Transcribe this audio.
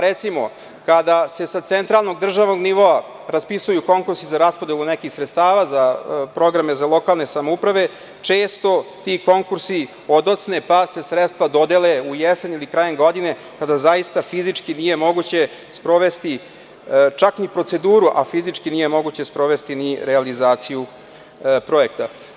Recimo, kada se sa centralnog državnog nivoa raspisuju konkursi za raspodelu nekih sredstava za programe za lokalne samouprave često ti konkursi odocne, pa se sredstva dodele u jesen ili krajem godine, kada zaista fizički nije moguće sprovesti čak ni proceduru, a fizički nije moguće sprovesti ni realizaciju projekta.